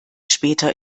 später